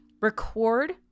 Record